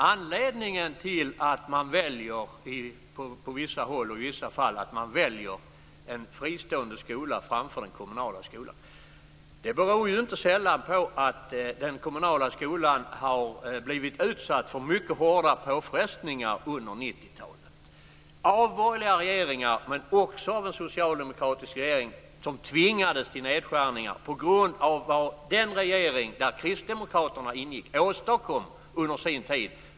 Anledningen till att man på vissa håll och i vissa fall väljer en fristående skola framför den kommunala skolan är inte sällan att den kommunala skolan har blivit utsatt för mycket hårda påfrestningar under 90-talet av borgerliga regeringar, men också av en socialdemokratisk regering som tvingades till nedskärningar på grund av det som den regering där Kristdemokraterna ingick åstadkom under sin tid.